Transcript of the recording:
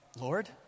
Lord